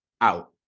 out